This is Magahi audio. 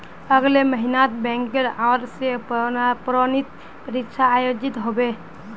अगले महिनात बैंकेर ओर स प्रोन्नति परीक्षा आयोजित ह बे